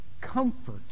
comfort